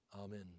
Amen